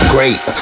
Great